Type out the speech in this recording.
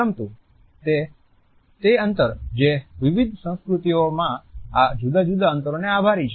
પરંતુ તે અંતર જે વિવિધ સંસ્કૃતિઓમાં આ જુદા જુદા અંતરોને આભારી છે